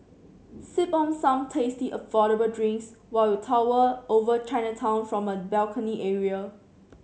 sip on some tasty affordable drinks while you tower over Chinatown from the balcony area